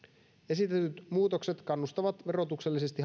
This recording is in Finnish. esitetyt muutokset kannustavat verotuksellisesti